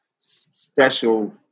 special